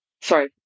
Sorry